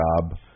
job